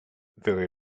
very